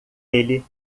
ele